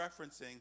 referencing